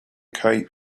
kite